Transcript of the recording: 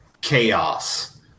chaos